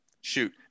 shoot